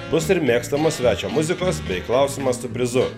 bus ir mėgstamas svečio muzikos bei klausimas su prizu